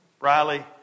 Riley